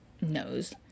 knows